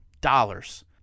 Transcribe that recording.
dollars